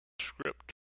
script